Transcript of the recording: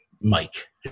Mike